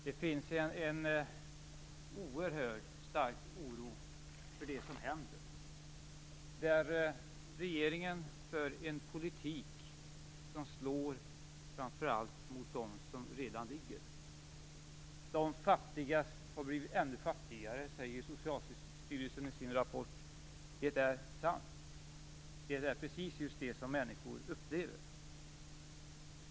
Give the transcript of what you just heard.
Det finns en oerhört stark oro för det som händer. Regeringen för en politik som slår framför allt mot dem som redan ligger. De fattiga har blivit ännu fattigare säger Socialstyrelsen i sin rapport. Det är sant. Det är precis just det som människor upplever.